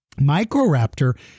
Microraptor